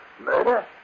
murder